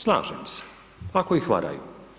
Slažem se, ako ih varaju.